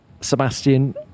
Sebastian